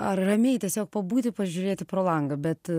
ar ramiai tiesiog pabūti pažiūrėti pro langą bet